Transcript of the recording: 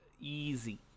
easy